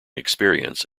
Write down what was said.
experience